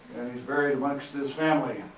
he's buried next to his family.